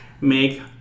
make